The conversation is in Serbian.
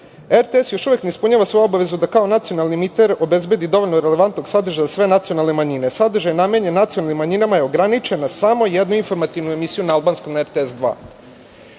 „RTS još uvek ne ispunjava svoju obavezu da kao nacionalni emiter obezbedi dovoljno relevantnog sadržaja za sve nacionalne manjine. Sadržaj namenjen nacionalnim manjinama je ograničen na samo jednu informativnu emisiju na albanskom na